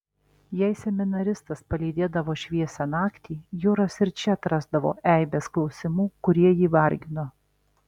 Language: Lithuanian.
jei seminaristas palydėdavo šviesią naktį juras ir čia atrasdavo eibes klausimų kurie jį vargino